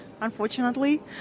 unfortunately